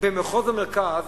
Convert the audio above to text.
במחוז המרכז,